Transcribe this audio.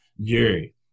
Jerry